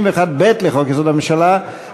לסעיף 31(ב) לחוק-יסוד: הממשלה,